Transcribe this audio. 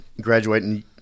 graduating